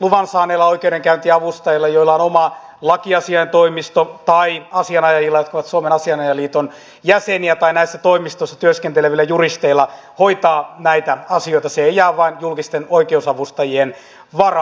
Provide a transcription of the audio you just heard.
luvan saaneilla oikeudenkäyntiavustajilla joilla on oma lakiasiaintoimisto tai asianajajilla jotka ovat suomen asianajajaliiton jäseniä tai näissä toimistoissa työskentelevillä juristeilla mahdollisuus hoitaa näitä asioita se ei jää vain julkisten oikeusavustajien varaan